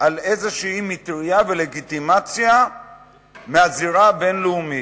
על איזו מטרייה ולגיטימציה מהזירה הבין-לאומית.